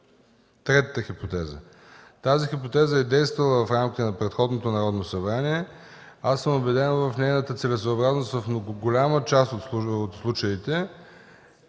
Третата хипотеза. Тази хипотеза е действала в рамките на предходното Народно събрание. Аз съм убеден в нейната целесъобразност в голяма част от случаите.